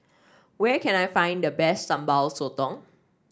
where can I find the best Sambal Sotong